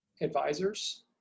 Advisors